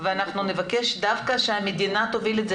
אנחנו נבקש דווקא שהמדינה תוביל את זה